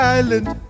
island